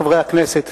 חברי הכנסת,